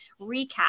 recap